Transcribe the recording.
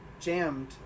jammed